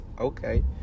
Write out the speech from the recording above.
Okay